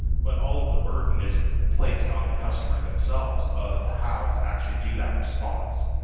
but all of the burden is placed on the customer themselves of how to actually do that response